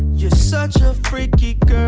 you're such a freaky girl.